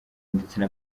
ndetse